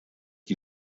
die